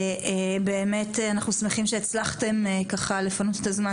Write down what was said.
ובאמת אנחנו שמחים שהצלחתם לפנות את הזמן